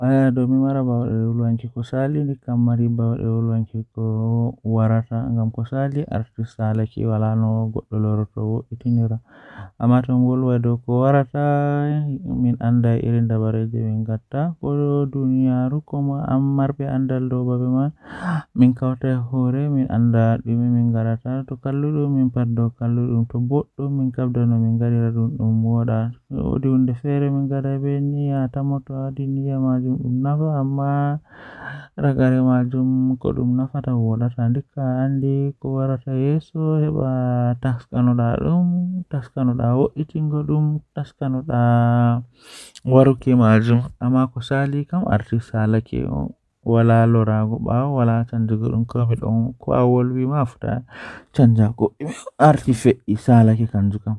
Jokkondir taɗɗoore ngal heɓe ɓiɓɓe ɗiɗi ngal so tawii njiddaade moƴƴaare. Njidi taɗɗoore ngal e cuuraande ngal, waɗe e moƴƴaare he ko ƴettude nder moƴƴaare. Miɗo foti waawaa fittaade piijo, tiwtiwade, kadi njiɗir taɗɗoore ɗee ɗo waɗi bimbi. Nde waawataa njiddaade, nder mbooki ko waawataa waɗude ko ɗiɗi ngam so tawii.